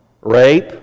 rape